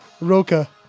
roca